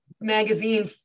magazine